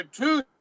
two